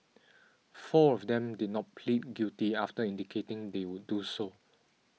four of them did not plead guilty after indicating they would do so